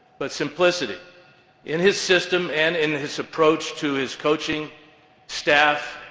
but simplicity in his system, and in his approach to his coaching staff,